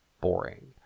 boring